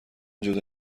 جدا